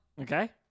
Okay